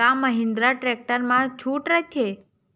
का महिंद्रा टेक्टर मा छुट राइथे?